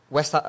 West